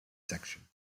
section